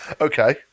Okay